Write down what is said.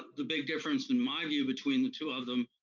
the big difference in my view between the two of them,